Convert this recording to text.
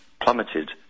plummeted